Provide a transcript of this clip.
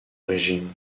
régime